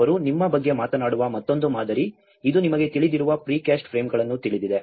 ಅವರು ನಿಮ್ಮ ಬಗ್ಗೆ ಮಾತನಾಡುವ ಮತ್ತೊಂದು ಮಾದರಿ ಇದು ನಿಮಗೆ ತಿಳಿದಿರುವ ಪ್ರಿ ಕಾಸ್ಟ್ ಫ್ರೇಮ್ಗಳನ್ನು ತಿಳಿದಿದೆ